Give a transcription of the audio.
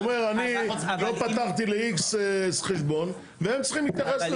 הוא אומר אני לא פתחתי ל-X חשבון והם צריכים להתייחס לזה.